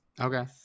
Okay